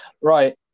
Right